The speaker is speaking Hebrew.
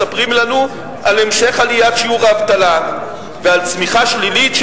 מספרים לנו על המשך עליית שיעור האבטלה ועל צמיחה שלילית",